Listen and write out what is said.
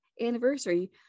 anniversary